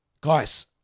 Guys